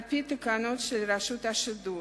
על-פי תקנות רשות השידור,